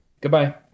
Goodbye